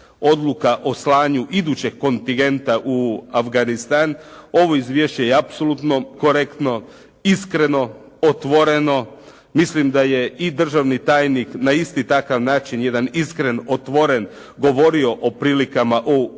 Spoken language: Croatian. odluka o slanju idućeg kontingenta u Afganistan. Ovo izvješće je apsolutno korektno, iskreno, otvoreno. Mislim da je i državni tajnik na isti takav način jedan iskren, otvoren govorio o prilikama u